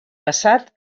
passat